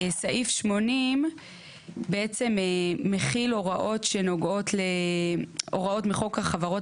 סעיף 80 בעצם מכיל הוראות מחוק החברות